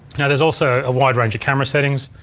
now there's also a wide range of camera settings.